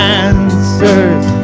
answers